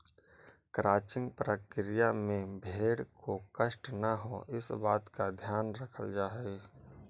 crutching प्रक्रिया में भेंड़ को कष्ट न हो, इस बात का ध्यान रखल जा हई